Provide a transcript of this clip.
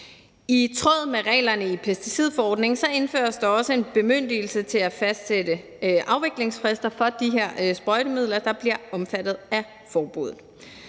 I tråd med reglerne i pesticidforordningen indføres der også en bemyndigelse til at fastsætte afviklingsfrister for de her sprøjtemidler, der bliver omfattet af forbuddet.